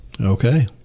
Okay